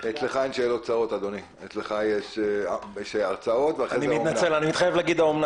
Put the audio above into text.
למה אתה מתייחס, אתה מתייחס לטלפונים